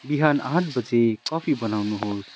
बिहान आठ बजे कफी बनाउनुहोस्